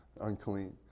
unclean